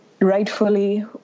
rightfully